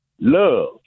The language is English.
love